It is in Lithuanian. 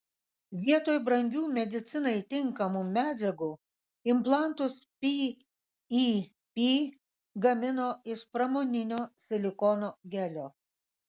vietoj brangių medicinai tinkamų medžiagų implantus pip gamino iš pramoninio silikono gelio